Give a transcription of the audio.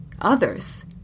Others